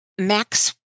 Max